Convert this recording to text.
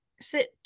Sit